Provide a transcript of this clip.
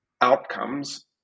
outcomes